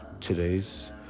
today's